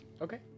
Okay